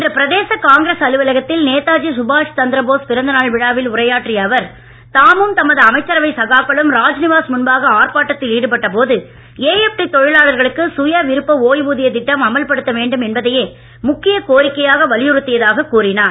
இன்று பிரதேச காங்கிரஸ் அலுவலகத்தில் நேதாஜி சுபாஷ் சந்திரபோஸ் பிறந்த நாள் விழாவில் உரையாற்றிய அவர் தாமும் தமது அமைச்சரவை சகாக்களும் ராஜ்நிவாஸ் முன்பாக ஆர்ப்பாட்டத்தில் ஈடுபட்ட போது ஏஎப்டி தொழிலாளர்களுக்கு சுய விருப்ப ஒய்வூதிய திட்டம் அமல்படுத்த வேண்டும் என்பதையே முக்கிய கோரிக்கையாக வலியுறுத்தியதாக கூறினார்